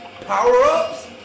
power-ups